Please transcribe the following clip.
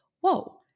whoa